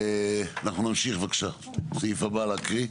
אנחנו נמשיך, סעיף הבא להקריא.